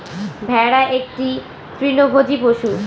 ভেড়া একটি তৃণভোজী পশু